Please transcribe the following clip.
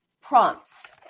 prompts